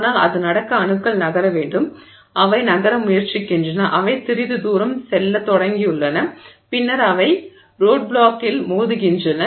ஆனால் அது நடக்க அணுக்கள் நகர வேண்டும் அவை நகர முயற்சிக்கின்றன அவை சிறிது தூரம் செல்லத் தொடங்கியுள்ளன பின்னர் அவை ரோடிப்ளாக்கில் மோதுகின்றன